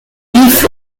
reef